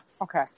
Okay